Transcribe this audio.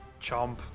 Chomp